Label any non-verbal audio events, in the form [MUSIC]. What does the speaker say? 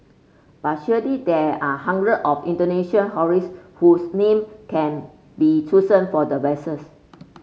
but surely there are hundred of Indonesian [UNINTELLIGIBLE] whose name can be chosen for the vessels